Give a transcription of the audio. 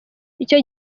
icyo